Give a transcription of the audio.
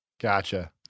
Gotcha